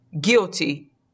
guilty